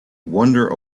wonder